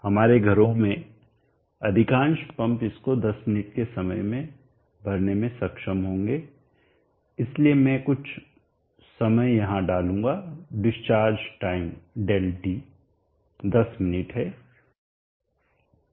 हमारे घरों में अधिकांश पंप इसको 10 मिनट के समय में भरने में सक्षम होंगे इसलिए मैं कुछ समय यहां डालूंगा डिस्चार्ज टाइम Δt 10 मिनट है